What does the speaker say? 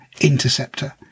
interceptor